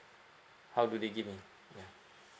how do they give me ya